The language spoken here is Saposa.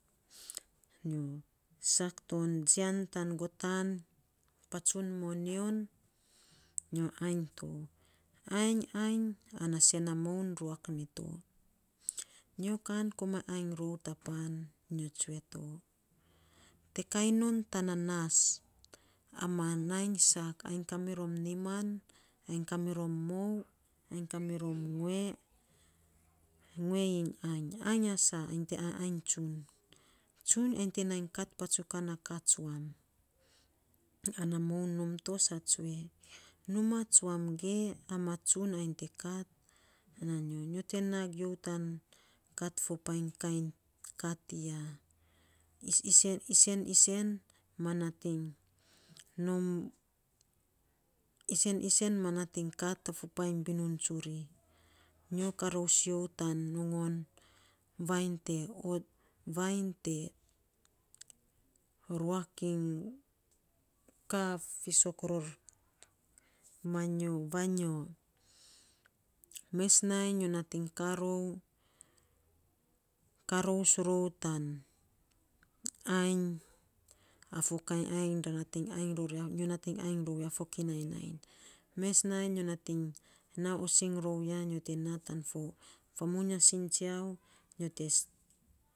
u sak ton jian tan gotan patsun moyon. Nyo ainy to, ainy, ainy ana sen na moun ruak mito. Nyo kan komainy ainy rou ta pan. Nyo tsue to, te kainy non tana nas, ainy ma sak ainy kamirom niman, ainy kaa mirom mou, ainy kaamirom ngue. Ngue iny ainy, ainy na saa, nyi te a ainy tsun. Tsun ana nyi te nai kat patsukan a kaa tsuam. Ana moun nom to, saa tsue, numaa tsuam ge, aiyn nyi ma tsun nyi te kat. Nyo te nag you tan kat kat fo painy kat tiyon, is isen, isen ma natiny kat fo binum tsuri. isen, isen ma natiny kat fo painy binum tsuri. Nyo karoos you tan nongoiny vainy te ot vainy te rurak iny kaa fisok ror manyo vanyo. Mes nainy byo nating kaa rou, karous rou tainy ainy afo kainy ainy te natiny ainy ror ya nyo nating ainy rou tana fokinai nainy. Mes nainy nyo natinng naus osing rou ya nyo te naa tan famuiny asing tsiau nyo te.